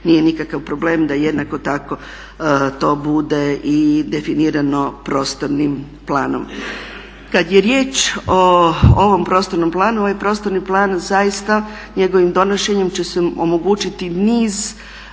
nije nikakav problem da to bude i definirano prostornim planom. Kada je riječ o ovom prostornom planu ovaj prostorni plan zaista njegovim donošenjem će se omogućiti niz